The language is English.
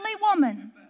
woman